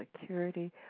security